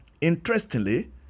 Interestingly